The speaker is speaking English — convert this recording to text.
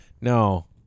No